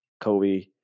Kobe